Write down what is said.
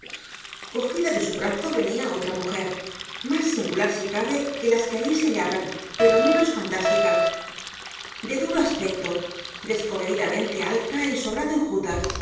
cogida de su brazo venía otra mujer más singular si cabe que las que allí se hallaban pero menos fantástica de duro aspecto descomedidamente alta y sobrado enjuta